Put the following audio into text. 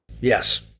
Yes